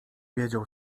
wiedział